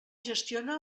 gestiona